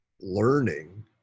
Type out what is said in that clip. learning